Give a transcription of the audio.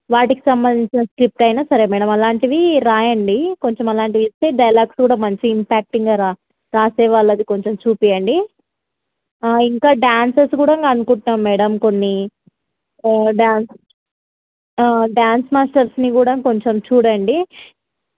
వాటికి సంబంధించిన స్క్రిప్ట్ అయినా సరే మేడం అలాంటివి వ్రాయండి కొంచెం అలాంటివి ఇస్తే డైలాగ్స్ కూడా మంచి ఇంపాక్టింగ్గా వ్రాసే వాళ్ళది కొంచెం చూపించండి ఇంకా డ్యాన్సెస్ కూడా ఇంకా అనుకుంటున్నాము మేడం కొన్ని డ్యాన్స్ డ్యాన్స్ మాస్టర్స్ని కూడా కొంచెం చూడండి